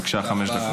בבקשה, חמש דקות.